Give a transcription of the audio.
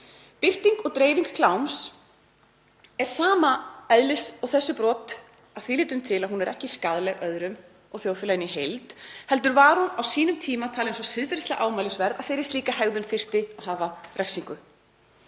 Birting og dreifing kláms er sama eðlis og þessi brot að því leyti að hún er ekki skaðleg öðrum og þjóðfélaginu í heild, heldur var hún á sínum tíma talin svo siðferðislega ámælisverð að fyrir slíka hegðun þyrfti að hafa refsingu.